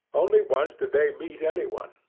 only once did they meet anyone,